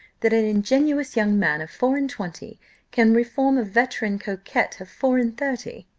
that an ingenuous young man of four-and-twenty can reform a veteran coquet of four-and-thirty?